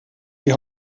die